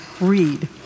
Read